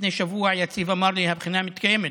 לפני שבוע יציב אמר לי: הבחינה מתקיימת,